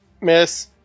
Miss